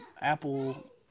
Apple